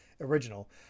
original